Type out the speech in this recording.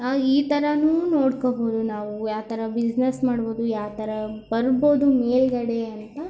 ಈ ಥರನೂ ನೋಡ್ಕೊಬೋದು ನಾವು ಯಾವ್ತರ ಬಿಸ್ನೆಸ್ ಮಾಡ್ಬೋದು ಯಾವ್ತರ ಬರ್ಬೋದು ಮೇಲ್ಗಡೆ ಅಂತ